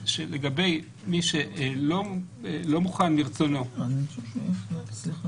שלגבי מי שלא מוכן מרצונו ללכת למלונית,